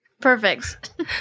Perfect